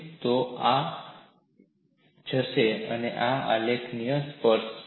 તો આ જશે અને આ આલેખને સ્પર્શે